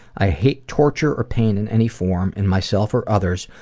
i hate torture or pain in any form in myself or others,